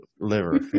liver